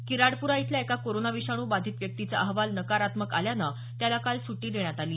किराडपुरा इथल्या एका कोरोना विषाणू बाधित व्यक्तीचा अहवाल नकारात्मक आल्यानं त्यांना काल सुट्टी देण्यात आली